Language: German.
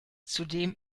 zudem